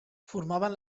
formaven